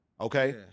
okay